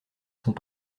sont